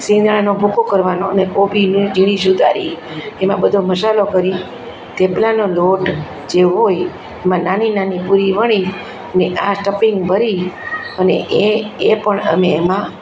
શિંગ દાણાનો ભૂક્કો કરવાનો અને કોબીને ઝીણી સુધારી એમાં બધો મસાલો ભરી થેપલાનો લોટ જે હોય એમાં નાની નાની પૂરી વણીને આ સ્ટફિંગ ભરી અને એ એ પણ અમે એમાં